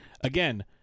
Again